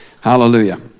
Hallelujah